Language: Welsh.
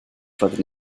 fyddwn